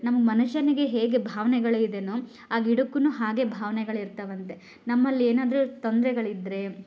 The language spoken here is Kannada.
ನಗೆ ಮನುಷ್ಯನಿಗೆ ಹೇಗೆ ಭಾವನೆಗಳು ಇದೇನೋ ಆ ಗಿಡಕ್ಕೂ ಹಾಗೆ ಭಾವನೆಗಳು ಇರ್ತಾವೆ ಅಂತೆ ನಮ್ಮಲ್ಲಿ ಏನಾದರೂ ತೊಂದರೆಗಳಿದ್ರೆ